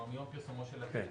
כלומר מיום פרסומו של התיקון.